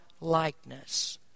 likeness